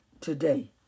today